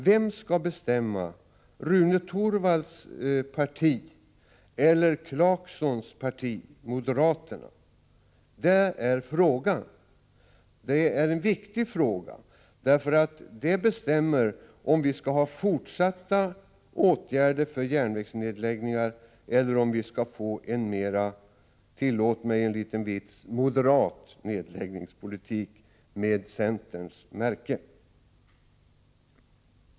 Vem skall bestämma — Rune Torwalds parti eller Rolf Clarksons parti moderaterna? Det är frågan, och det är en viktig fråga. Detta bestämmer nämligen om det blir fortsatta åtgärder för järnvägsnedläggningar eller om vi får en mer -— tillåt mig en liten vits — moderat nedläggningspolitik med centerns märke.